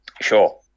Sure